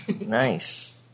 Nice